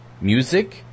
music